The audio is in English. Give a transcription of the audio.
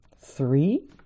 Three